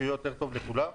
שיהיה יותר טוב לכולם.